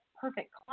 perfect